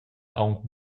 aunc